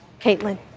Caitlin